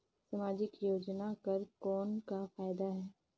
समाजिक योजना कर कौन का फायदा है?